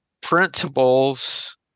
principles